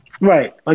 Right